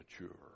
mature